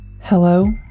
Hello